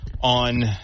on